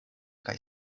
kaj